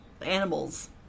animals